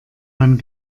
man